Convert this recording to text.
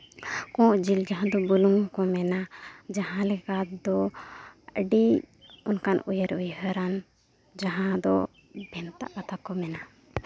ᱠᱚᱸᱜ ᱡᱤᱞ ᱡᱟᱦᱟᱸ ᱫᱚ ᱵᱩᱞᱩᱝ ᱠᱚ ᱢᱮᱱᱟ ᱡᱟᱦᱟᱸ ᱞᱮᱠᱟᱱ ᱫᱚ ᱟᱹᱰᱤ ᱚᱱᱠᱟᱱ ᱩᱭᱦᱟᱹᱨ ᱩᱭᱦᱟᱹᱨᱟᱱ ᱡᱟᱦᱟᱸ ᱫᱚ ᱵᱷᱮᱱᱛᱟ ᱠᱟᱛᱷᱟ ᱠᱚ ᱢᱮᱱᱟ